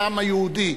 לעם היהודי.